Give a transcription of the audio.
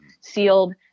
sealed